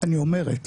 אני אומרת,